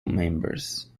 members